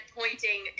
pointing